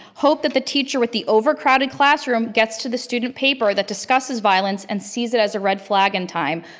hope that the teacher with the over crowded classroom gets to the student paper that discusses violence and sees it as a red flag in time.